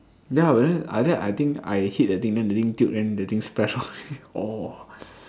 then I think I hit the thing then the thing tilt then the thing splash on me orh